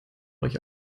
euch